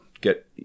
get